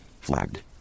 flagged